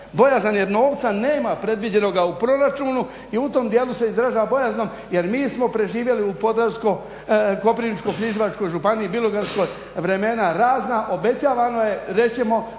bojazan, jer novca nema predviđenoga u proračunu i u tom dijelu se izražava bojazan, jer mi smo preživjeli u Koprivničko-križevačkoj županiji, bilogorskoj vremena razna, obećavano je, rečeno